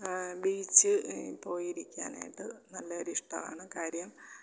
beach പോയി ഇരിക്കാനായിട്ട് നല്ല ഒരിഷ്ടമാണ് കാര്യം